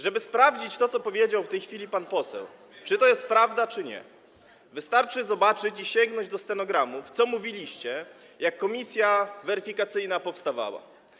Żeby sprawdzić to, co powiedział w tej chwili pan poseł, czy to jest prawda, czy nie, wystarczy sięgnąć do stenogramów i zobaczyć, co mówiliście, jak komisja weryfikacyjna powstawała.